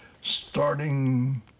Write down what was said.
starting